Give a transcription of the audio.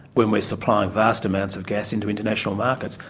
when we're supplying vast amounts of gas into international markets?